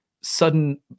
sudden